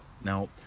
Now